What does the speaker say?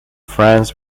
france